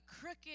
crooked